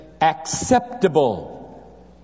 Acceptable